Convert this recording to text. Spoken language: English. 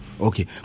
Okay